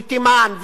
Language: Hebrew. תימן,